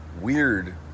weird